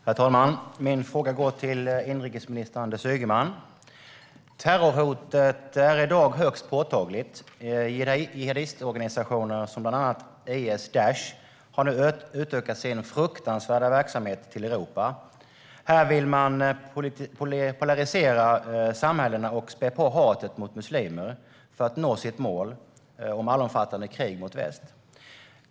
Herr talman! Min fråga går till inrikesminister Anders Ygeman. Terrorhotet är i dag högst påtagligt. Jihadistorganisationer, bland annat IS/Daish, har utökat sin fruktansvärda verksamhet till Europa. Här vill man polarisera samhällena och spä på hatet mot muslimer för att nå sitt mål om allomfattande krig mot väst.